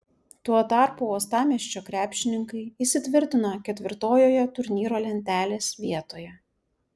tuo tarpu uostamiesčio krepšininkai įsitvirtino ketvirtojoje turnyro lentelės vietoje